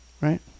Right